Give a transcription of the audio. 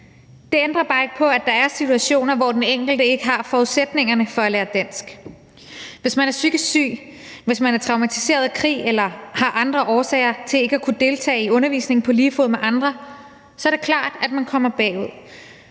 Det ændrer bare ikke på, at der er situationer, hvor den enkelte ikke har forudsætningerne for at lære dansk. Hvis man er psykisk syg, eller hvis man er traumatiseret af krig eller har andre årsager til ikke at kunne deltage i undervisningen på lige fod med andre, er det klart, at man kommer bagud.